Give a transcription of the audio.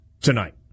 tonight